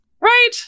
Right